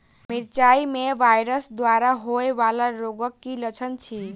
मिरचाई मे वायरस द्वारा होइ वला रोगक की लक्षण अछि?